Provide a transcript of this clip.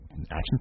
action